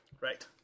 Right